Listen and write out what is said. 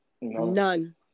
None